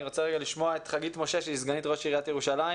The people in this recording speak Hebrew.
אני רוצה לשמוע את חגית משה שהיא סגנית ראש עיריית ירושלים